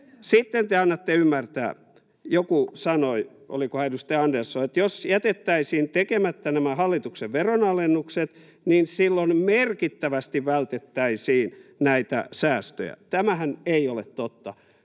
Sitten te annatte ymmärtää — joku sanoi, olikohan edustaja Andersson — että jos jätettäisiin tekemättä nämä hallituksen veronalennukset, silloin merkittävästi vältettäisiin näitä säästöjä. Tämähän ei ole totta.